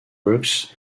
works